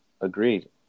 agreed